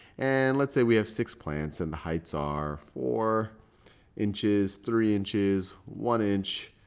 and let's say we have six plants. and the heights are four inches, three inches, one inch,